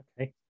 okay